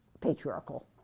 patriarchal